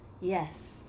yes